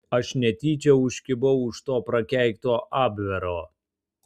aš netyčia užkibau už to prakeikto abvero